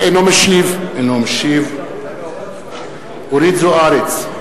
אינו משתתף בהצבעה אורית זוארץ,